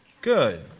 good